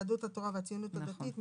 יהדות התורה והציונות הדתית,